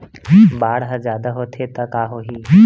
बाढ़ ह जादा होथे त का होही?